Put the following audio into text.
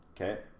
okay